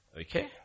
okay